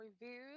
Reviews